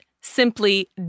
simply